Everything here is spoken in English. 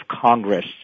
Congress